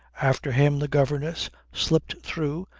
after him the governess slipped through,